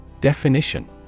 Definition